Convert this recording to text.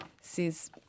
says